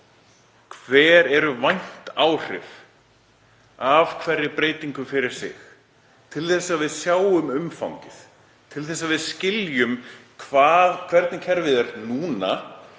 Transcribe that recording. hver vænt áhrif eru af hverri breytingu fyrir sig til þess að við sjáum umfangið, til þess að við skiljum hvernig kerfið er núna,